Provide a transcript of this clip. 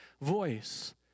voice